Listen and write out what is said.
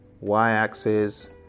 y-axis